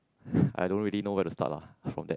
I don't really know where to start lah for that